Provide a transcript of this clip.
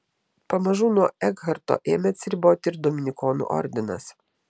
pamažu nuo ekharto ėmė atsiriboti ir dominikonų ordinas